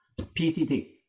PCT